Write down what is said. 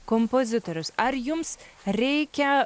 kompozitorius ar jums reikia